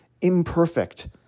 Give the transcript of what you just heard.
imperfect